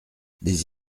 des